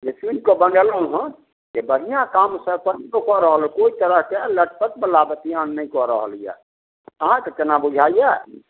जे चुनि कऽ बनेलहुँ हँ जे बढ़िआँ काम से अपन कऽ रहल हन कोइ तरहके लटपट बला बतिआन नहि कऽ रहल यऽ अहाँकऽ केना बुझाइए